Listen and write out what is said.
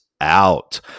out